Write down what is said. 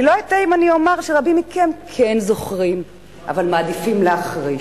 אני לא אטעה אם אני אומר שרבים מכם כן זוכרים אבל מעדיפים להחריש.